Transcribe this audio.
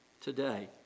today